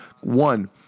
One